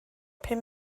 pum